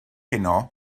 heno